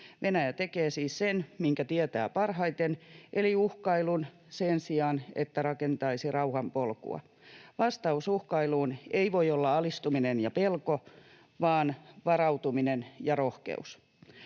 Venäjä tekee siis sen, minkä tietää parhaiten, eli uhkailun sen sijaan, että rakentaisi rauhan polkua. Vastaus uhkailuun ei voi olla alistuminen ja pelko, vaan varautuminen ja rohkeus.